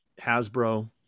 hasbro